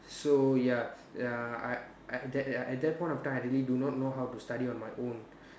so ya uh I I that at that point of time I really do not know how to study on my own